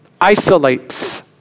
Isolates